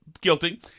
guilty